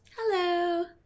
Hello